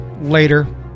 later